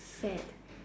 fad